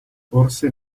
forse